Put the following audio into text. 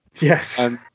Yes